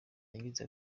yagize